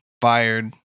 fired